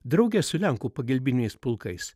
drauge su lenkų pagalbiniais pulkais